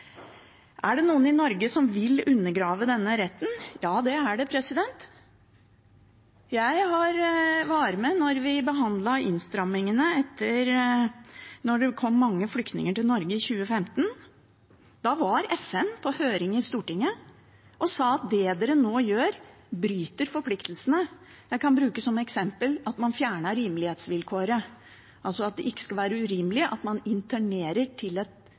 Er det noen i Norge som vil undergrave denne retten? Ja, det er det. Jeg var med da vi behandlet innstrammingene etter at det kom mange flyktninger til Norge i 2015. Da var FN på høring i Stortinget og sa at med det vi gjorde, brøt vi forpliktelsene. Jeg kan bruke som eksempel at man fjernet rimelighetsvilkåret. Det skal altså ikke være urimelig å returnere mennesker til en helt annen del av et